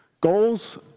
Goals